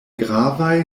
gravaj